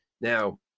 Now